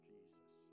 Jesus